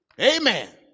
Amen